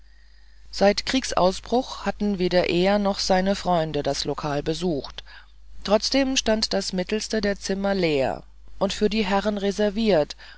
seit kriegsausbruch hatten weder er noch seine freunde das lokal besucht trotzdem stand das mittelste der zimmer leer und für die herren reserviert